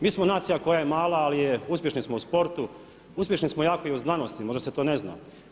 Mi smo nacija koja je mala ali je, uspješni smo u sportu, uspješni smo jako i u znanosti, možda se to ne zna.